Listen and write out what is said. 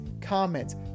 comments